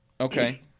Okay